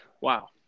wow